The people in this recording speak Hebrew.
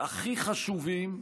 הכי חשובים,